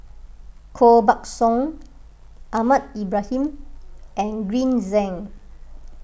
Koh Buck Song Ahmad Ibrahim and Green Zeng